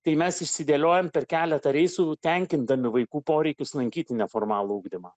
tai mes išsidėliojom per keletą reisų tenkindami vaikų poreikius lankyti neformalų ugdymą